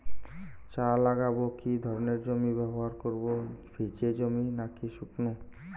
চা লাগাবো কি ধরনের জমি ব্যবহার করব ভিজে জমি নাকি শুকনো?